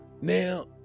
now